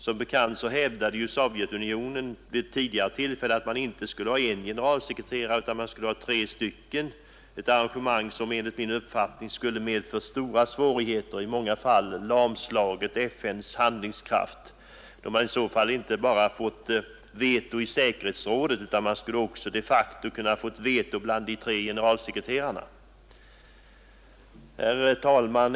Som bekant hävdade Sovjetunionen vid ett tidigare tillfälle att man inte skulle ha en generalsekreterare utan tre stycken, ett arrangemang som enligt min uppfattning skulle medfört stora svårigheter och i många fall lamslagit FN:s handlingskraft, då man i så fall hade fått vetorätt inte bara i säkerhetsrådet utan också de facto bland de tre generalsekreterarna. Herr talman!